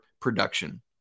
production